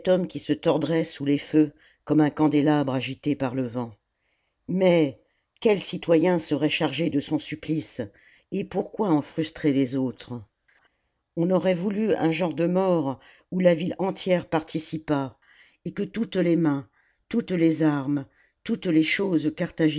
qui se tordrait sous les feux comme un candélabre agité par le vent mais quels citoyens seraient chargés de son supplice et pourquoi en frustrer les autres on aurait voulu un genre de mort oii la ville entière participât et que toutes les mains toutes les armes toutes les choses